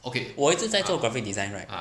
我一直在做 graphic design right